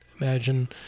imagine